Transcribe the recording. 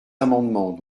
amendements